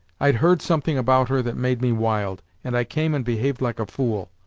i'd heard something about her that made me wild, and i came and behaved like a fool.